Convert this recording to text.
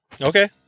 Okay